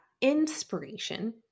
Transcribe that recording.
inspiration